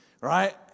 right